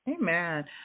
Amen